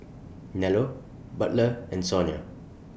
Nello Butler and Sonja